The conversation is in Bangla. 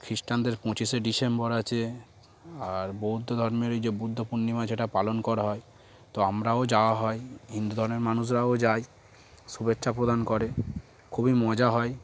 খ্রিস্টানদের পঁচিশে ডিসেম্বর আছে আর বৌদ্ধ ধর্মের এই যে বুদ্ধ পূর্ণিমা সেটা পালন করা হয় তো আমরাও যাওয়া হয় হিন্দু ধর্মের মানুষরাও যায় শুভেচ্ছা প্রদান করে খুবই মজা হয়